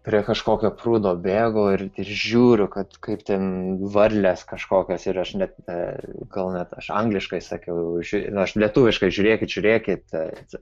prie kažkokio prūdo bėgu ir žiūriu kad kaip ten varlės kažkokios ir aš net gal net aš angliškai sakiau nu aš lietuviškai žiūrėkit žiūrėkit